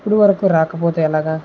ఇప్పటి వరకు రాకపోతే ఎలాగా